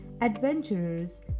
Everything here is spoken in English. adventurers